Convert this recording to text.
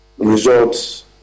Results